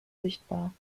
sichtbar